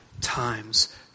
times